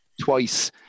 twice